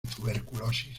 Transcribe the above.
tuberculosis